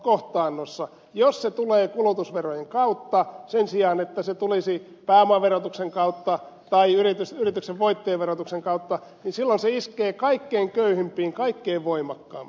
jos se tulee kulutusverojen kautta sen sijaan että se tulisi pääomaverotuksen kautta tai yrityksen voittojen verotuksen kautta niin silloin se iskee kaikkein köyhimpiin kaikkein voimakkaimmin